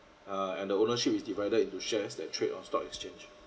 uh and the ownership is divided into shares that trade on stock exchange